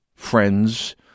friends